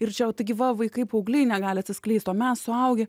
ir čia taigi va vaikai paaugliai negali atsiskleist o mes suaugę